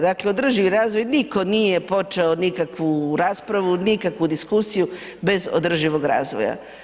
Dakle održivi razvoj, nitko nije počeo nikakvu raspravu, nikakvu diskusiju bez održivog razvoja.